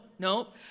No